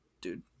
Dude